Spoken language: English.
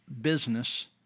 business